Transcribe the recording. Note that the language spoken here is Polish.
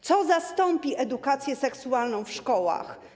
Co zastąpi edukację seksualną w szkołach?